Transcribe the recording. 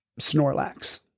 Snorlax